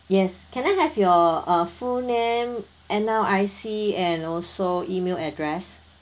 yes can I have your uh full name N_R_I_C and also email address